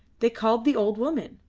they called the old woman,